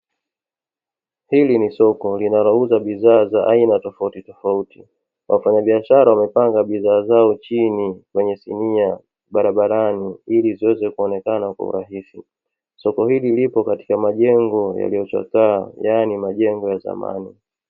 Hili ni soko linalouza bidhaa za aina tofautitofauti. Wafanyabiashara wamepanga bidhaa zao chini kwenye sinia barabarani, ili ziweze kuonekana kwa urahisi. Soko hili lipo katika majengo yaliyochakaa, yaani majengo ya zamani.